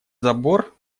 забор